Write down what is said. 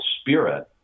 spirit